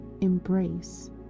embrace